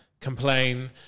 complain